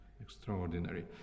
Extraordinary